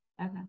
Okay